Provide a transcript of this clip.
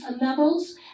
levels